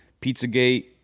Pizzagate